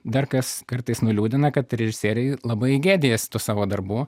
dar kas kartais nuliūdina kad režisieriai labai gėdijasi savo darbų